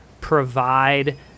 provide